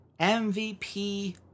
MVP